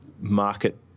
market